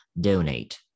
donate